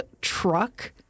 truck